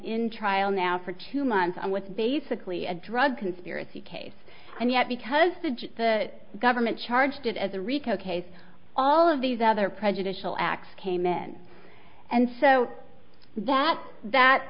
in trial now for two months on what's basically a drug conspiracy case and yet because the government charged it as a rico case all of these other prejudicial acts came in and so that that